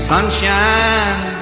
Sunshine